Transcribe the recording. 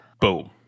boom